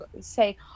say